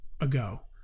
ago